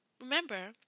remember